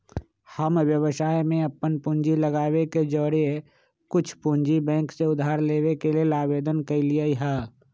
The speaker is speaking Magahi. हम व्यवसाय में अप्पन पूंजी लगाबे के जौरेए कुछ पूंजी बैंक से उधार लेबे के लेल आवेदन कलियइ ह